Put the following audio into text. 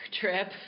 trip